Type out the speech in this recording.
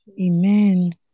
Amen